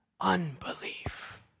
unbelief